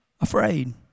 afraid